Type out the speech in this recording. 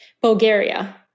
Bulgaria